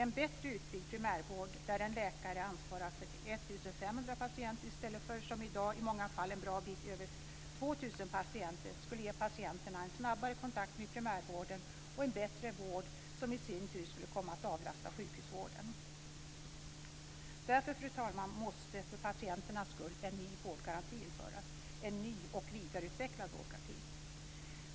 En bättre utbyggd primärvård, där en läkare ansvarar för 1 500 patienter i stället för, som i dag i många fall, för en bra bit över 2 000 patienter, skulle ge patienterna en snabbare kontakt med primärvården och en bättre vård som i sin tur skulle komma att avlasta sjukhusvården. Därför, fru talman, måste för patienternas skull en ny och vidareutvecklad vårdgaranti införas.